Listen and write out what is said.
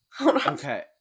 Okay